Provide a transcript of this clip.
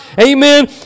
Amen